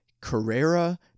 Carrera